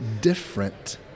different